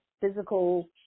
physical